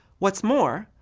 what's more,